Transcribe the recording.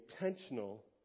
intentional